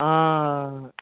ആ